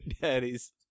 Daddies